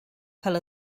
cael